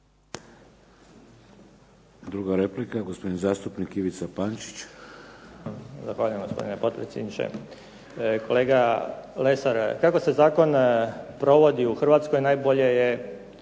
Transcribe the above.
Druga replika, gospodin zastupnik Ivica Pančić. **Pančić, Ivica (SDP)** Zahvaljujem gospodine potpredsjedniče. Kolega Lesar, kako se zakon provodi u Hrvatskoj najbolje je